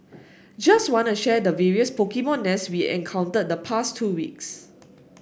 just wanna share the various Pokemon nests we encountered the past two weeks